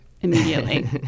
immediately